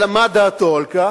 אלא מה דעתו על כך,